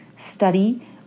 Study